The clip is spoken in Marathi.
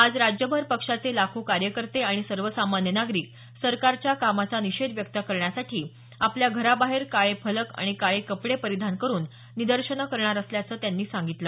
आज राज्यभर पक्षाचे लाखो कार्यकर्ते आणि सर्वसामान्य नागरिक सरकारच्या कामाचा निषेध व्यक्त करण्यासाठी आपल्या घराबाहेर काळे फलक आणि काळे कपडे परिधान करून निदर्शनं करणार असल्याचं त्यांनी सांगितलं